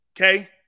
Okay